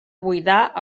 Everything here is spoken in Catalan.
buidar